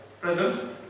present